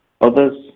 others